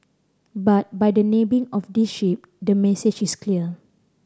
but by the naming of this ship the message is clear